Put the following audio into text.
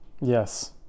Yes